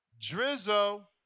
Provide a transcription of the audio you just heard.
Drizzo